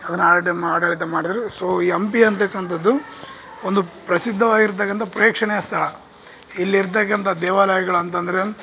ಅದನ್ನು ಆಡಮ್ ಆಡಳಿತ ಮಾಡಿದ್ರು ಸೋ ಈ ಹಂಪಿ ಅಂಥಕ್ಕಂಥದ್ದು ಒಂದು ಪ್ರಸಿದ್ದವಾಗಿರ್ತಕ್ಕಂಥ ಪ್ರೇಕ್ಷಣೀಯ ಸ್ಥಳ ಇಲ್ಲಿರ್ತಕಂಥ ದೇವಾಲಯಗಳು ಅಂತಂದ್ರೆ